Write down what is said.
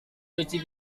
cuci